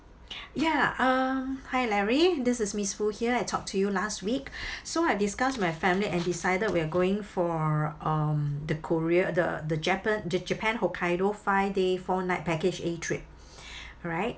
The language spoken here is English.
ya uh hi larry this is miss foo here I talked to you last week so I've discussed with my family and decided we're going for um the korea the the japan ja~ japan hokkaido five day four night package A trip alright